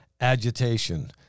agitation